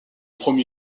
promu